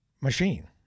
machine